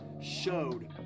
showed